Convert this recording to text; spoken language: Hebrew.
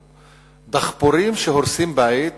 דחפורים שהורסים בית